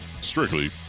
strictly